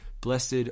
Blessed